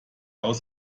aus